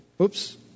Oops